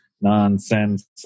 nonsense